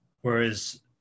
whereas